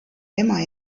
ema